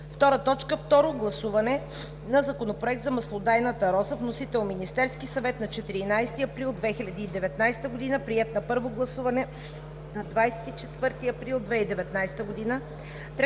2. Второ гласуване на Законопроект за маслодайната роза. Вносител – Министерският съвет на 16 април 2019 г., приет на първо гласуване на 25 април 2019 г.